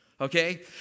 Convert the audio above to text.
okay